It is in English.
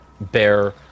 bear